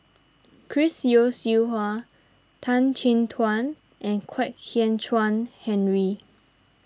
Chris Yeo Siew Hua Tan Chin Tuan and Kwek Hian Chuan Henry